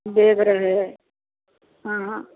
bag रहए हँ